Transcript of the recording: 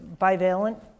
bivalent